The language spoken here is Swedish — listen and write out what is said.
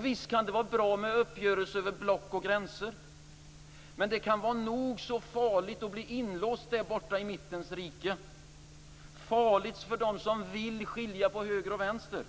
Visst kan det vara bra med uppgörelser över block och gränser men det kan vara nog så farligt att bli inlåst där borta i mittens rike - farligt för dem som vill skilja på höger och vänster,